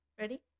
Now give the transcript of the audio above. Ready